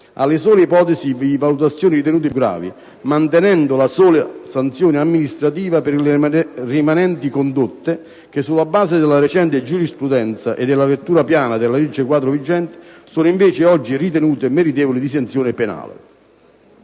alle sole ipotesi di violazione ritenute più gravi, mantenendo la sola sanzione amministrativa per le rimanenti condotte che - sulla base della recente giurisprudenza e della lettura piana della legge quadro vigente - sono invece oggi ritenute meritevoli di sanzione penale.